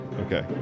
Okay